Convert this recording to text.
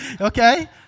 okay